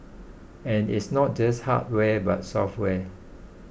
and it's not just hardware but software